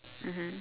mmhmm